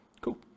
Cool